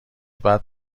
بعد